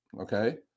okay